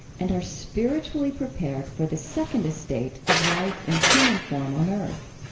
and are spiritually prepared for the second state of life in human form on earth.